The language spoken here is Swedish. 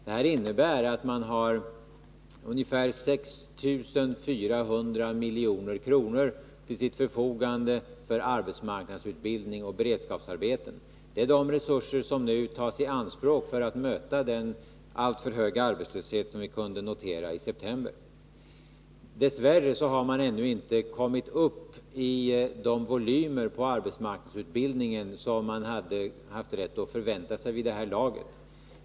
Detta innebär att man har ungefär 6 400 milj.kr. till sitt förfogande för arbetsmarknadsutbildning och beredskapsarbeten. Det är dessa resurser som nu tas i anspråk för att möta den alltför höga arbetslöshet som vi kunde notera i september. Dess värre har man ännu inte kommit upp i de volymer när det gäller arbetsmarknadsutbildningen som man hade haft rätt att förvänta sig vid det här laget.